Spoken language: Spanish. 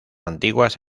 antiguas